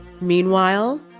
Meanwhile